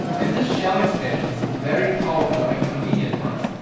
and this shell expansion is very powerful and convinient for us.